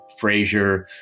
Frasier